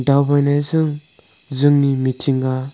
दावबायनायजों जोंनि मिथिंगा